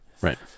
Right